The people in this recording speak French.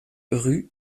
rue